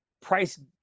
price